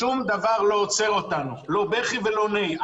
שום דבר לא עוצר אותנו, לא בכי ולא נהי.